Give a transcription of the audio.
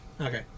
Okay